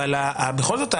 אבל בכל זאת,